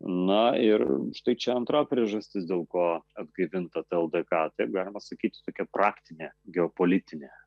na ir štai čia antra priežastis dėl ko atgaivinta ta ldk taip galima sakyti tokia praktinė geopolitinė